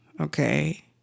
okay